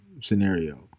scenario